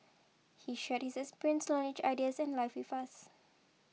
he shared his experience knowledge ideas and life with us